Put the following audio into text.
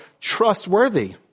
trustworthy